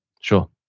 Sure